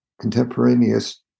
contemporaneous